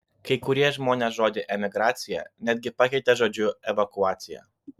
kai kurie žmonės žodį emigracija netgi pakeitė žodžiu evakuacija